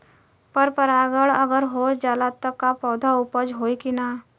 पर परागण अगर हो जाला त का पौधा उपज होई की ना?